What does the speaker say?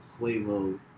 Quavo